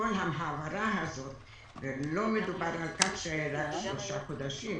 שמכל ההעברה הזו, ולא מדובר בכך שרק שלושה חודשים